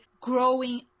growing